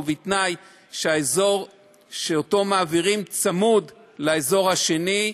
ובתנאי שהאזור שמעבירים צמוד לאזור השני,